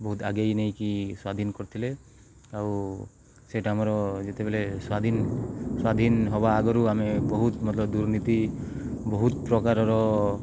ବହୁତ ଆଗେଇ ନେଇକି ସ୍ଵାଧୀନ କରିଥିଲେ ଆଉ ସେଇଟା ଆମର ଯେତେବେଳେ ସ୍ଵାଧୀନ ସ୍ଵାଧୀନ ହବା ଆଗରୁ ଆମେ ବହୁତ ମତଲବ ଦୁର୍ନୀତି ବହୁତ ପ୍ରକାରର